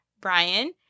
Brian